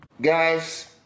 Guys